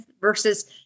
versus